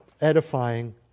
Edifying